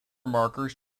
markers